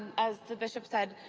as the bishop said,